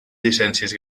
llicències